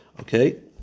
Okay